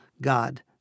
God